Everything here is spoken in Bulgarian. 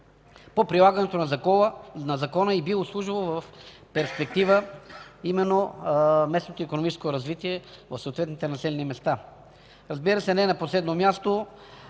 по прилагането на закона и би обслужвало в перспектива именно местното икономическо развитие в съответните населени места. Разбира се, не на последно място